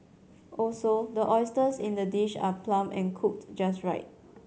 also the oysters in the dish are plump and cooked just right